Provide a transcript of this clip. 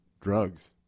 drugs